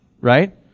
right